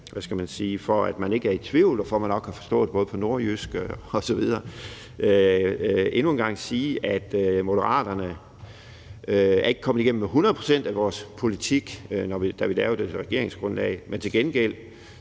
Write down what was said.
For at man ikke skal være i tvivl, og for at man også kan forstå det på nordjysk osv., vil jeg endnu en gang sige, at vi i Moderaterne ikke er kommet igennem med 100 pct. af vores politik, da vi lavede et regeringsgrundlag. Men til gengæld